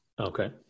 Okay